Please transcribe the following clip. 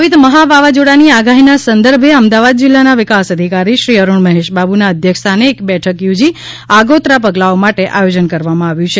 સંભવિત મહા વાવાઝોડાની આગાહીના સંદર્ભે અમદાવાદ જિલ્લાના વિકાસ અધિકારીશ્રી અરુણ મહેશ બાબુના અધ્યક્ષસ્થાને બેઠક યોજી આગોતરા પગલાંઓ માટે આયોજન કરવામાં આવ્યું છે